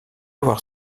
avoir